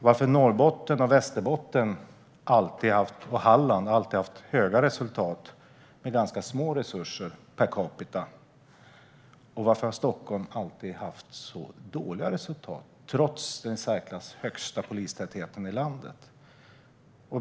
Varför har Norrbotten, Västerbotten och Halland alltid haft höga resultat med ganska små resurser per capita, och varför har Stockholm alltid haft så dåliga resultat, trots den i särklass högsta polistätheten i landet?